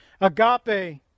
Agape